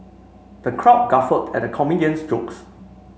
the crowd guffawed at the comedian's jokes